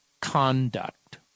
conduct